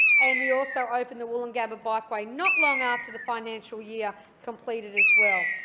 and we also opened the woolloongabba bikeway not long after the financial year completed as well.